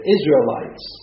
Israelites